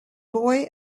boy